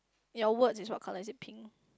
your words is what color is it pink